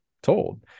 told